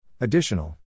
Additional